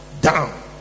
down